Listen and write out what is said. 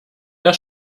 der